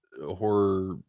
horror